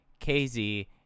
KZ